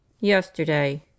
Yesterday